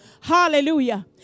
Hallelujah